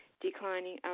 declining